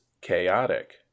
chaotic